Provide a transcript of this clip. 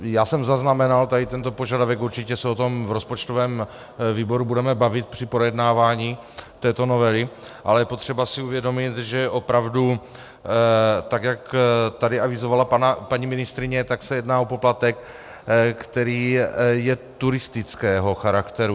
Já jsem zaznamenal tento požadavek, určitě se o tom v rozpočtovém výboru budeme bavit při projednávání této novely, ale je potřeba si uvědomit, že opravdu, tak jak tady avizovala paní ministryně, se jedná o poplatek, který je turistického charakteru.